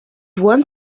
one